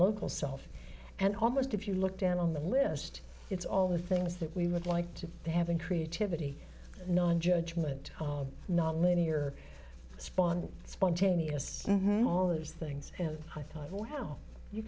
local self and almost if you look down on the list it's all the things that we would like to have in creativity knowing judgement oh not linear spawn spontaneous all those things i thought wow you